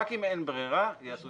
רק אם אין ברירה יעשו.